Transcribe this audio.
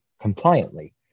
compliantly